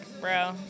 bro